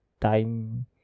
time